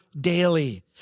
daily